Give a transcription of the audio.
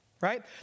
right